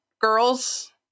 girls